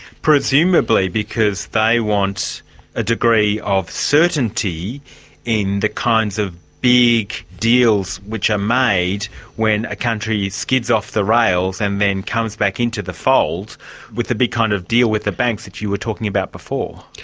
presumably because they want a degree of certainty in the kinds of big deals which are made when a country skids off the rails and then comes back into the fold with a big kind of deal with the banks that you were talking about before.